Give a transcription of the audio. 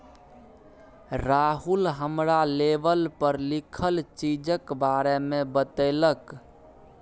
राहुल हमरा लेवल पर लिखल चीजक बारे मे बतेलक